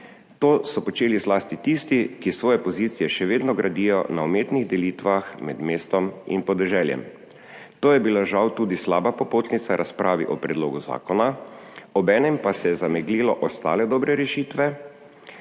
To so počeli zlasti tisti, ki s svoje pozicije še vedno gradijo na umetnih delitvah med mestom in podeželjem. To je bila žal tudi slaba popotnica razpravi o predlogu zakona, obenem pa se je zameglilo ostale dobre rešitve,